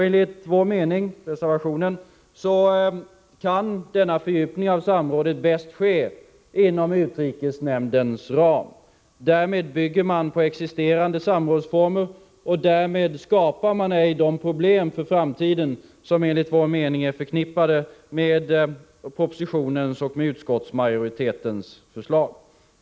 Enligt vår mening i reservationen kan denna fördjupning av samrådet bäst ske inom utrikesnämndens ram. Därmed bygger man på existerande Nr 49 samrådsformer, och därmed skapar man ej de problem för framtiden som S 2 Onsdagen den enligt vår mening är förknippade med propositionens och utskottsmajorite 12december 1984 tens förslag.